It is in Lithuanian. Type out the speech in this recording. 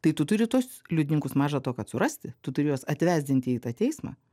tai tu turi tuos liudininkus maža to kad surasti tu turi juos atvesdinti į tą teismą